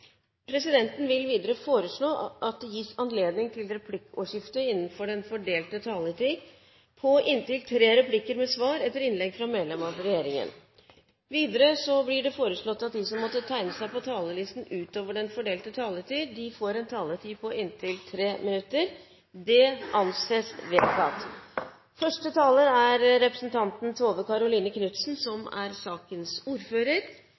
presidenten foreslå at det gis anledning til replikkordskifte på inntil tre replikker med svar etter innlegg fra medlem av regjeringen innenfor den fordelte taletid. Videre blir det foreslått at de som måtte tegne seg på talerlisten utover den fordelte taletid, får en taletid på inntil 3 minutter. – Det anses vedtatt. Saken vi nå skal behandle, er